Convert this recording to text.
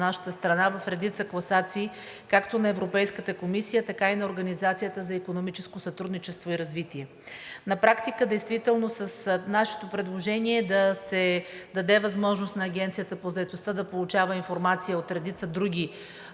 на нашата страна в редица класации както на Европейската комисия, така и на Организацията за икономическо сътрудничество и развитие. На практика с нашето предложение да се даде възможност на Агенцията по заетостта да получава информация от редица други